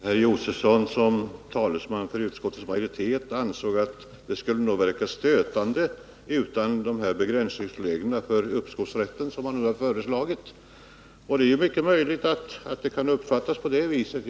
Herr talman! Herr Josefson ansåg som talesman för utskottets majoritet att bestämmelserna skulle kunna verka stötande utan de begränsningsregler för uppskovsrätten som han nu har föreslagit. Det är mycket möjligt att man kan uppfatta det på det viset.